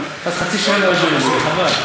חצי שנה, חבל.